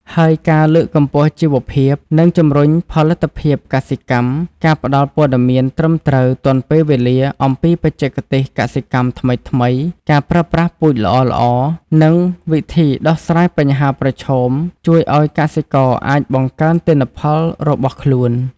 ហើយការលើកកម្ពស់ជីវភាព និងជំរុញផលិតភាពកសិកម្ម ការផ្តល់ព័ត៌មានត្រឹមត្រូវទាន់ពេលវេលាអំពីបច្ចេកទេសកសិកម្មថ្មីៗ ការប្រើប្រាស់ពូជល្អៗ និងវិធីដោះស្រាយបញ្ហាប្រឈមជួយឲ្យកសិករអាចបង្កើនទិន្នផលរបស់ខ្លួន។